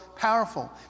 powerful